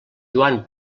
joan